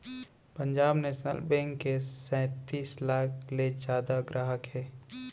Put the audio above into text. Punjab national bank के सैतीस लाख ले जादा गराहक हे